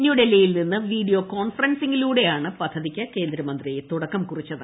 ന്യൂഡൽഹിയിൽ നിന്ന് വീഡിയോ കോൺഫറെൻസിംഗിലൂടെയാണ് പദ്ധതിയ്ക്ക് കേന്ദ്രമന്ത്രി തുടക്കം കുറിച്ചത്